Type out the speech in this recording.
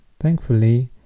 Thankfully